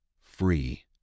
free